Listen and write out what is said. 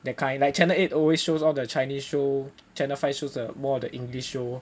that kind like channel eight always shows all the chinese show channel five shows the more the english show